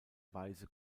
weiße